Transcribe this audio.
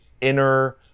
inner